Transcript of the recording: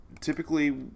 typically